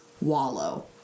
wallow